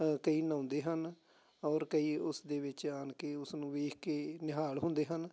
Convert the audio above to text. ਕਈ ਨਹਾਉਂਦੇ ਹਨ ਔਰ ਕਈ ਉਸ ਦੇ ਵਿੱਚ ਆ ਕੇ ਉਸਨੂੰ ਵੇਖ ਕੇ ਨਿਹਾਲ ਹੁੰਦੇ ਹਨ